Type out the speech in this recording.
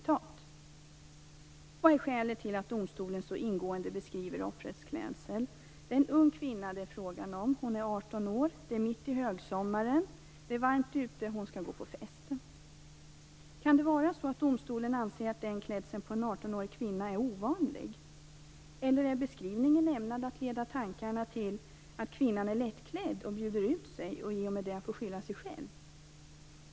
Vad är skälet till att domstolen så ingående beskriver offrets klädsel? Det är en ung kvinna det är frågan om. Hon är 18 år. Det är mitt i högsommaren. Det är varmt ute. Hon skall gå på fest. Kan det vara så att domstolen anser att den klädseln på en 18-årig kvinna är ovanlig, eller är beskrivningen ämnad att leda tankarna till att kvinnan är lättklädd och bjuder ut sig och i och med det får skylla sig själv?